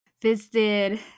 Visited